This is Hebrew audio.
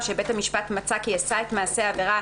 או שבית המשפט מצא כי עשה את מעשה העבירה